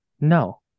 No